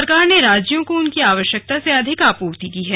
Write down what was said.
सरकार ने राज्यों को उनकी आवश्यकता से अधिक आपूर्ति की है